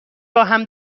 راهم